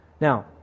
Now